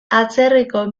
atzerriko